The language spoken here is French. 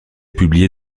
publié